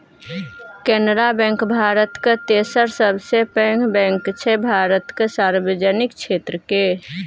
Canara bank भारतक तेसर सबसँ पैघ बैंक छै भारतक सार्वजनिक क्षेत्र केर